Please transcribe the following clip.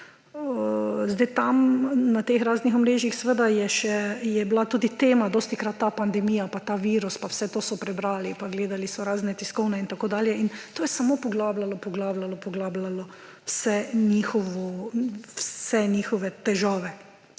Tam, na teh raznih omrežjih, je bila tudi dostikrat tema ta pandemija pa ta virus pa vse to so prebrali pa gledali so razne tiskovne in tako dalje. To je samo poglabljalo, poglabljalo, poglabljalo vse njihove težave.